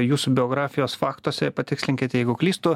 jūsų biografijos faktuose patikslinkit jeigu klystu